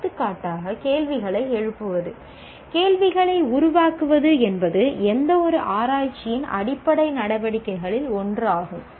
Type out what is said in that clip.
எடுத்துக்காட்டாக கேள்விகளை எழுப்புவது கேள்விகளை உருவாக்குவது என்பது எந்தவொரு ஆராய்ச்சியின் அடிப்படை நடவடிக்கைகளில் ஒன்றாகும்